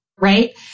right